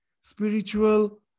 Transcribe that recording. spiritual